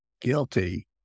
guilty